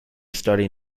study